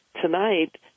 tonight